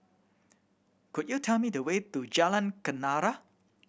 could you tell me the way to Jalan Kenarah